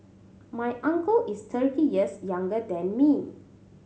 my uncle is thirty years younger than me